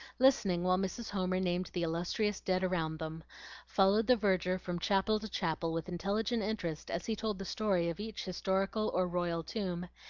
listening while mrs. homer named the illustrious dead around them followed the verger from chapel to chapel with intelligent interest as he told the story of each historical or royal tomb,